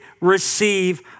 receive